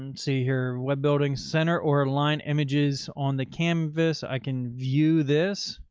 and see here, web building center or line images on the canvas. i can view this